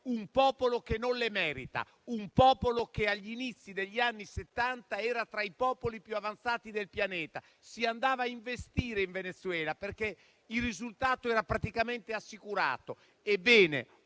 un popolo che non le merita, un popolo che agli inizi degli anni Settanta era tra i popoli più avanzati del pianeta. Si andava a investire in Venezuela, perché il risultato era praticamente assicurato.